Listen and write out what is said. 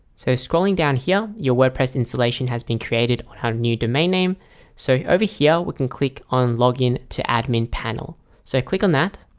so scrolling down here your wordpress installation has been created on our new domain name so over here we can click on login to admin panel so click on that